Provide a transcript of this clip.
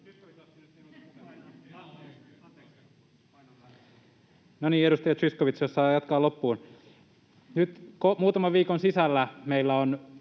edustaja Zyskowicz, jos saan jatkaa loppuun. — Nyt muutaman viikon sisällä meillä